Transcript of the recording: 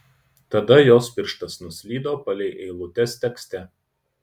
tada jos pirštas nuslydo palei eilutes tekste